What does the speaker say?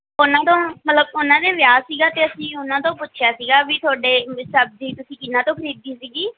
ਉਹਨਾਂ ਤੋਂ ਮਤਲਬ ਉਹਨਾਂ ਦੇ ਵਿਆਹ ਸੀਗਾ ਅਤੇ ਅਸੀਂ ਉਹਨਾਂ ਤੋਂ ਪੁੱਛਿਆ ਸੀਗਾ ਵੀ ਤੁਹਾਡੇ ਸਬਜ਼ੀ ਤੁਸੀਂ ਕਿਹਨਾਂ ਤੋਂ ਖਰੀਦੀ ਸੀਗੀ